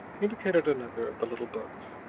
indicated another of the little books.